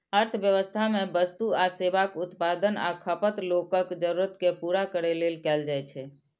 अर्थव्यवस्था मे वस्तु आ सेवाक उत्पादन आ खपत लोकक जरूरत कें पूरा करै लेल कैल जाइ छै